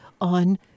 on